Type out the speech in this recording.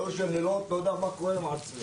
לא משנה, לא יודע מה קורה עם עצמי.